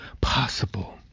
possible